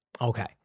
Okay